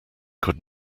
could